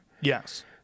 Yes